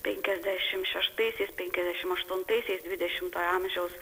penkiasdešim šeštaisiais penkiasdešim aštuntaisiais dvidešimtojo amžiaus